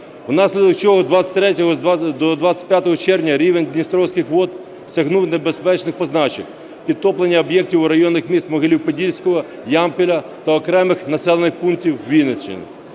Внаслідок чого з 23 до 25 червня рівень дністровських вод сягнув небезпечних позначень, підтоплення об'єктів районних міст Могилів-Подільського, Ямпіля та окремих населених пунктів Вінниччини.